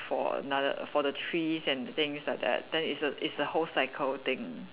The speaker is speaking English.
for another err for the trees and things like that then its a it's the whole cycle thing